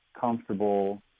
comfortable